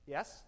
Yes